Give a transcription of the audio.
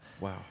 Wow